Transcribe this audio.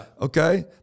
okay